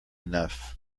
enough